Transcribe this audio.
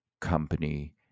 company